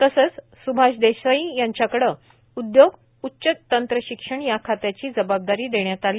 तसंच स्भाष देसाई यांच्याकडे उद्योग उच्च तंत्रषिक्षण या खात्याची जबाबदारी देण्यात आली